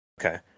Okay